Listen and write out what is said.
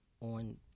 on